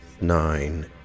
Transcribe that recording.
nine